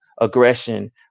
aggression